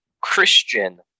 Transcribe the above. Christian